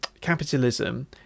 capitalism